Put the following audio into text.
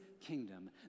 kingdom